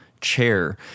chair